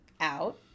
Out